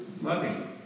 loving